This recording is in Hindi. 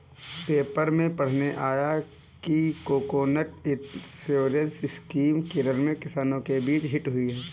पेपर में पढ़ने आया कि कोकोनट इंश्योरेंस स्कीम केरल में किसानों के बीच हिट हुई है